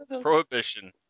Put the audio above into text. Prohibition